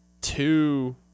two